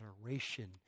adoration